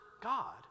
God